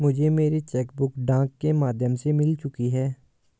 मुझे मेरी cheque book डाक के माध्यम से मिल चुकी है